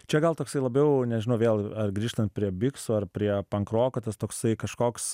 čia gal toksai labiau nežinau vėl grįžtant prie biksų ar prie pankroko tas toksai kažkoks